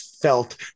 felt